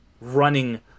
running